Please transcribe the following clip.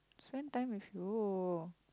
spend time with you